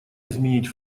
изменить